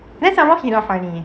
then somemore he not funny